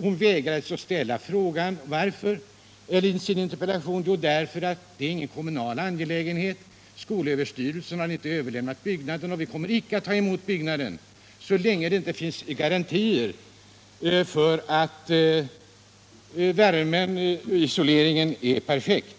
Hon förvägrades att ställa interpellationen under motivering att det inte gällde någon kommunal angelägenhet. Skolöverstyrelsen hade inte överlämnat byggnaden, och kommunen kommer icke att ta emot byggnaden så länge det inte finns garantier för att värmeisoleringen är perfekt.